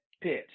pitch